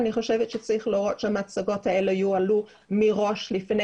אני חושבת שצריך להורות שהמצגות האלה יועלו מראש לפני